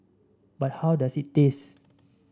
but how does it taste